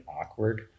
awkward